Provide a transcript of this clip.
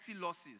losses